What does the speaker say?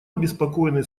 обеспокоены